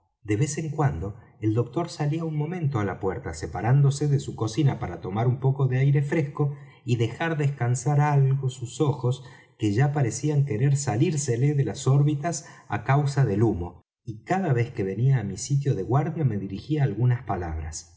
de vez en cuando el doctor salía un momento á la puerta separándose de su cocina para tomar un poco de aire fresco y dejar descansar algo sus ojos que ya parecían querer salírsele de las órbitas á causa del humo y cada vez que venía á mi sitio de guardia me dirigía algunas palabras